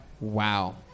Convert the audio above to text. Wow